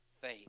faith